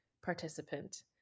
participant